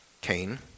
Cain